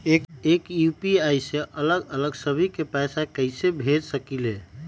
एक यू.पी.आई से अलग अलग सभी के पैसा कईसे भेज सकीले?